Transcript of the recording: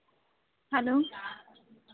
hello